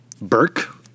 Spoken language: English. Burke